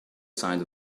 side